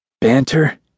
Banter